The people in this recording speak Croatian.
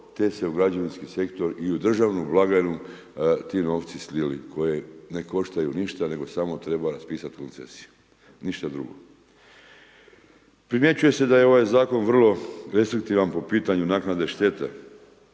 te se u građevinski sektor i u državnu blagajnu ti novci slili koji ne koštaju ništa nego samo treba raspisati koncesiju. Ništa drugo. Primjećuje se da je ovaj zakon vrlo restriktivan po pitanju naknade štete.